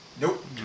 Nope